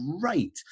great